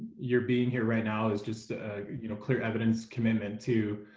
your being here right now is just you know clear evidence commitment to